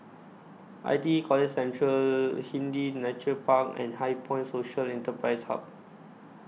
I T E College Central Hindhede Nature Park and HighPoint Social Enterprise Hub